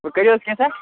وۅنۍ کٔرِو حظ کیٚنژھا